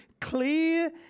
clear